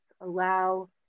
Allow